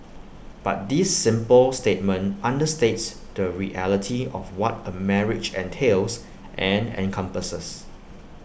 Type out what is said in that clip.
but this simple statement understates the reality of what A marriage entails and encompasses